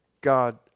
God